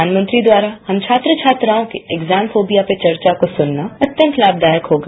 प्रधानमंत्री द्वारा हम छात्र छात्राओं के एग्जाम फोबिया पर चर्चा को सुनना अत्यंत लाभदायक होगा